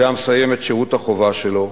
זה המסיים את שירות החובה שלו,